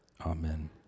Amen